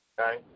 Okay